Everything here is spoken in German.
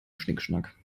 schnickschnack